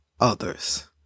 others